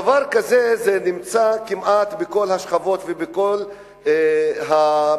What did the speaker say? דבר זה נמצא כמעט בכל השכבות ובכל המגזרים